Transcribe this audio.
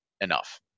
enough